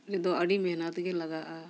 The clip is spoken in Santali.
ᱱᱤᱭᱟᱹ ᱫᱚ ᱟᱹᱰᱤ ᱢᱮᱦᱱᱚᱛᱼᱜᱮ ᱞᱟᱜᱟᱜᱼᱟ